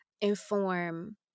inform